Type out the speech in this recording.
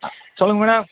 ஆ சொல்லுங்கள் மேடம்